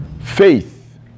Faith